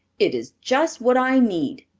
it is just what i need.